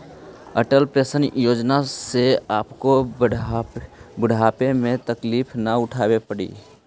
Atal pension योजना से आपको बुढ़ापे में तकलीफ न उठावे पड़तई